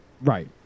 Right